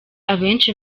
abenshi